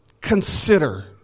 consider